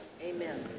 Amen